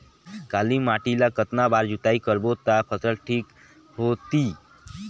काली माटी ला कतना बार जुताई करबो ता फसल ठीक होती?